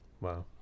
Wow